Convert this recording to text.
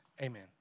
Amen